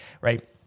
right